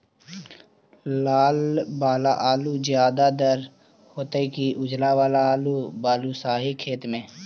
लाल वाला आलू ज्यादा दर होतै कि उजला वाला आलू बालुसाही खेत में?